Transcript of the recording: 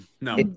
no